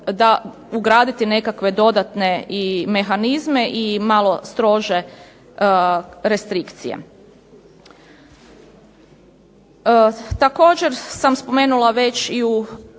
ugraditi nekakve dodatne mehanizme i malo strože restrikcije. Također sam spomenula već u